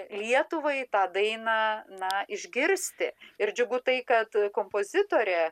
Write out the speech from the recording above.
lietuvai tą dainą na išgirsti ir džiugu tai kad kompozitorė